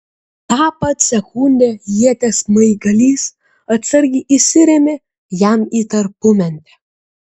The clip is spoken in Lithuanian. tą pat sekundę ieties smaigalys atsargiai įsirėmė jam į tarpumentę